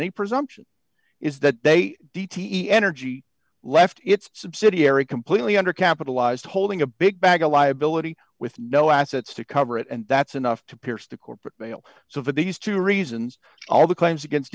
any presumption is that they d t e energy left its subsidiary completely under capitalized holding a big bag a liability with no assets to cover it and that's enough to pierce the corporate veil so for these two reasons all the claims against